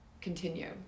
continue